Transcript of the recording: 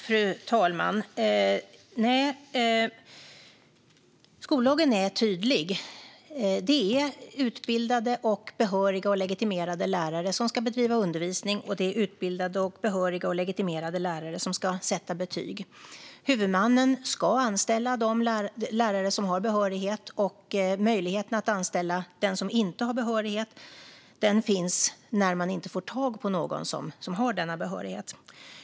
Fru talman! Skollagen är tydlig. Det är utbildade, behöriga och legitimerade lärare som ska bedriva undervisning, och det är utbildade, behöriga och legitimerade lärare som ska sätta betyg. Huvudmannen ska anställa de lärare som har behörighet. Möjligheten att anställa den som inte har behörighet finns när man inte får tag på någon som har denna behörighet.